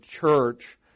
church